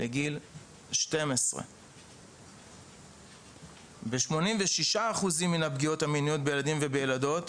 לגיל 12. 86% מן הפגיעות המיניות בילדים ובילדות,